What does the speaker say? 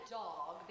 dog